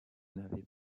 n’avez